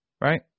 Right